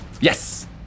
Yes